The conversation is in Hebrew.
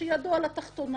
כשידו על התחתונה,